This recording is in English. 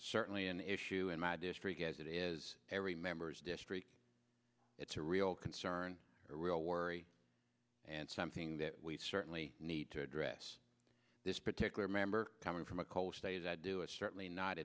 certainly an issue in my district as it is every member's destry it's a real concern a real worry and something that we certainly need to address this particular member coming from a coast a as i do it's certainly not